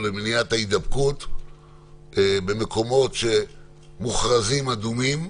למניעת ההידבקות במקומות שמוכרזים אדומים,